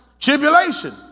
tribulation